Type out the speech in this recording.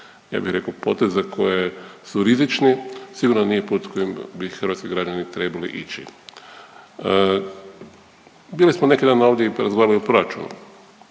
ja bih rekao poteza koji su rizični. Sigurno nije put kojim bi hrvatski građani trebali ići. Bili smo neki dan ovdje i razgovarali o proračunu.